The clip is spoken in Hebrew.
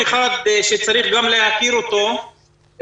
אני חושב שצריך לתת את הדגש על הסופרים